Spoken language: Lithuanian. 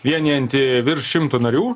vienijanti virš šimto narių